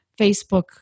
Facebook